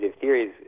theories